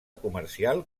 comercial